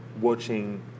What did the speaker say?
watching